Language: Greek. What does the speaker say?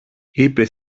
είπε